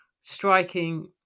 striking